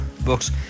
books